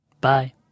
Bye